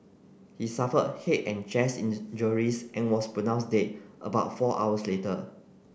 he suffered head and chest injuries and was pronounced dead about four hours later